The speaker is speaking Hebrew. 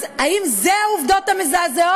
אז האם זה העובדות המזעזעות,